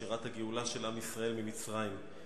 שירת הגאולה של עם ישראל ממצרים.